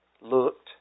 looked